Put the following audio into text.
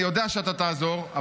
אני יודע שאתה תעזור,